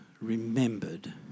remembered